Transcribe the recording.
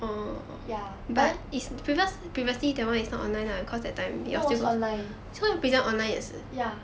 ya but then no was online ya